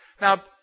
Now